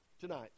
Tonight